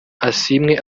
asiimwe